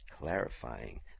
clarifying